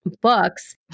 books